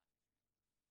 חד משמעית.